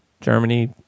Germany